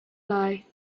lai